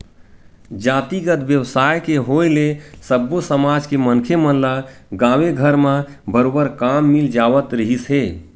जातिगत बेवसाय के होय ले सब्बो समाज के मनखे मन ल गाँवे घर म बरोबर काम मिल जावत रिहिस हे